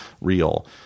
real